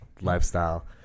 lifestyle